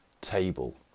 table